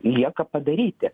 lieka padaryti